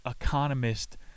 economist